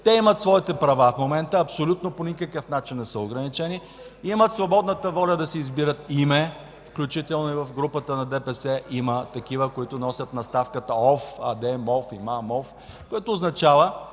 Те имат своите права в момента, абсолютно по никакъв начин не са ограничени, имат свободната воля да си избират име, включително в групата на ДПС има такива, които носят наставката „ов” – Адем-ов, Имам-ов, което означава,